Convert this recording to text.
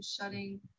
Shutting